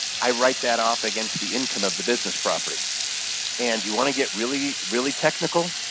i write that off against the income of the business property and you want to get really really technical.